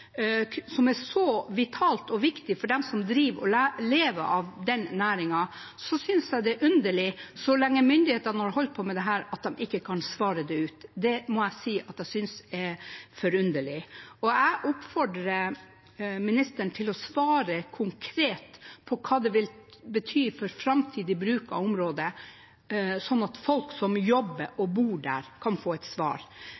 som er så vitalt og viktig for dem som driver og lever av denne næringen, synes jeg det er underlig når myndighetene har holdt på så lenge med dette, at de ikke kan svare det ut. Det må jeg si jeg synes er underlig. Jeg oppfordrer ministeren til å svare konkret på hva dette vil bety for framtidig bruk av området, slik at folk som jobber